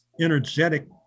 energetic